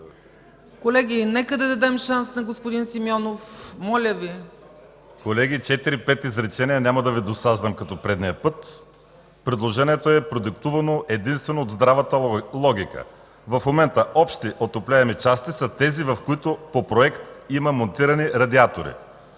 Колеги, нека да дадем шанс на господин Симеонов! Моля Ви! ВАЛЕРИ СИМЕОНОВ: Колеги, 4-5 изречения. Няма да Ви досаждам като предния път. Предложението е продиктувано единствено от здравата логика. В момента „общи отопляеми части” са тези, в които по проект има монтирани радиатори.